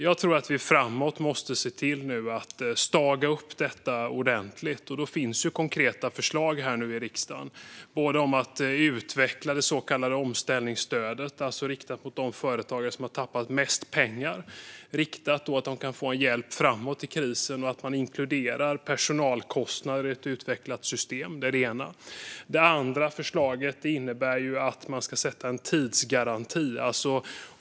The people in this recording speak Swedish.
Jag tror att vi framöver måste se till att staga upp detta ordentligt. Då finns konkreta förslag här i riksdagen både om att utveckla det så kallade omställningsstödet, alltså riktat mot de företagare som har tappat mest pengar, så att de kan få en hjälp framåt i krisen och att man inkluderar personalkostnader i ett utvecklat system, och om att sätta en tidsgaranti.